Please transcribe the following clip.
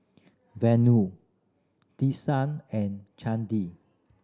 Vanu and Chandi